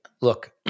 look